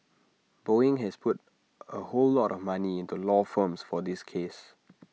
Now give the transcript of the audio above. boeing has put A whole lot of money into law firms for this case